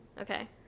Okay